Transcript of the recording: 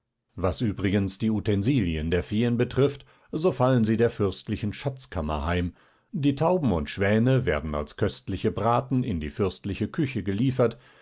was übrigens die utensilien der feen betrifft so fallen sie der fürstlichen schatzkammer heim die tauben und schwäne werden als köstliche braten in die fürstliche küche geliefert